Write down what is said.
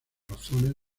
razones